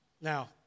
Now